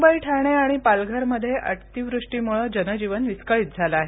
मुंबई ठाणे आणि पालघरमध्ये अतीवृष्टीमुळं जनजीवन विस्कळीत झालं आहे